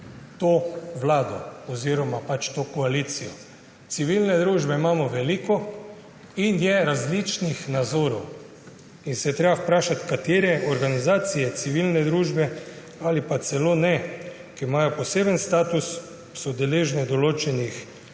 to vlado oziroma to koalicijo. Civilne družbe imamo veliko in je različnih nazorov in se je treba vprašati, katere organizacije civilne družbe ali pa celo ne, ker imajo poseben status, so deležne določenih posebnih